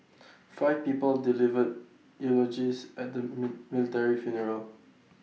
five people delivered eulogies at the mi military funeral